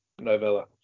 novella